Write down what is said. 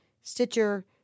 Stitcher